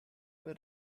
were